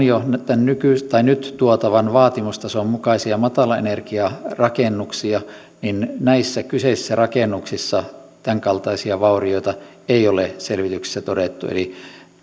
jo on nyt tuotavan vaatimustason mukaisia matalaenergiarakennuksia ja näissä kyseisissä rakennuksissa tämänkaltaisia vaurioita ei ole selvityksissä todettu eli